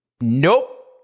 Nope